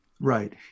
Right